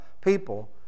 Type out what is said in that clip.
people